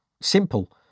simple